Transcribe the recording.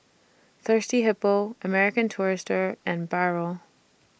Thirsty Hippo American Tourister and Barrel